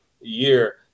year